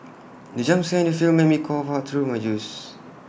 the jump scare in the film made me cough out my juice